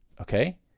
okay